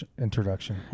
introduction